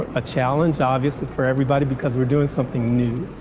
a challenge, obviously, for everybody because we're doing something new.